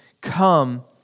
come